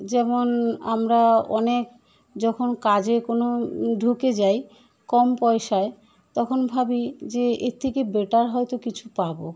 যেমন আমরা অনেক যখন কাজে কোনো ঢুকে যাই কম পয়সায় তখন ভাবি যে এর থেকে বেটার হয়তো কিছু পাব